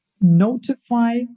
notify